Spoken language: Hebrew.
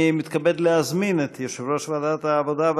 אני מתכבד להזמין את יושב-ראש ועדת העבודה,